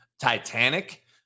Titanic